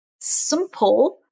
simple